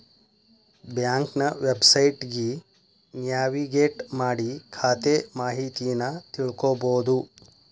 ಬ್ಯಾಂಕ್ನ ವೆಬ್ಸೈಟ್ಗಿ ನ್ಯಾವಿಗೇಟ್ ಮಾಡಿ ಖಾತೆ ಮಾಹಿತಿನಾ ತಿಳ್ಕೋಬೋದು